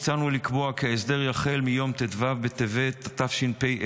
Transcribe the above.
הצענו לקבוע כי ההסדר יחל מיום ט"ו בטבת התשפ"ה,